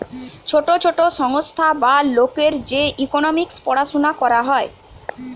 ছোট ছোট সংস্থা বা লোকের যে ইকোনোমিক্স পড়াশুনা করা হয়